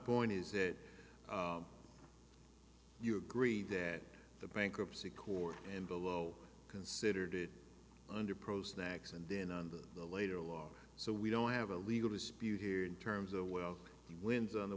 point is that you agree that the bankruptcy court and below considered it under pros next and then under the later law so we don't have a legal dispute here in terms of well he wins on the